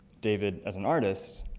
david, as an artist,